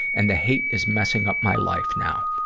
and the hate is messing up my life now.